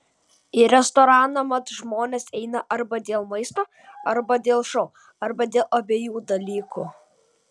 į restoraną mat žmonės eina arba dėl maisto arba dėl šou arba dėl abiejų dalykų